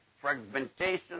fragmentation